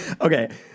Okay